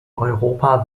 europa